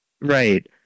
Right